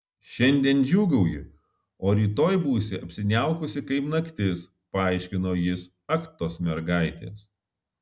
šiandien džiūgauji o rytoj būsi apsiniaukusi kaip naktis paaiškino jis ak tos mergaitės